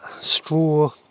straw